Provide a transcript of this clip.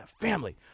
family